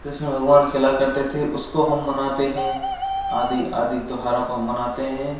कृष्ण भगवान खेला करते थे उसको हम मनाते हैं आदि आदि त्योहारों को हम मनाते हैं